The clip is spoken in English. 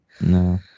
No